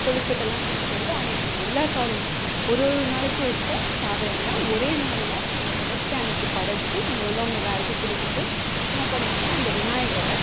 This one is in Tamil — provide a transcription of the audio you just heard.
கொலுக்கட்டைலாம் செஞ்சிகிட்டு வந்து அன்னைக்கு எல்லா சாதமும் ஒரு ஒரு நாளைக்கு வச்ச சாதம் எல்லாம் ஒரே நாளில் வச்சு அன்னைக்கு படைச்சி அங்கே உள்ளவங்க எல்லாருக்கும் கொடுத்துட்டு என்ன பண்ணுவாங்கன்னா அந்த விநாயகரை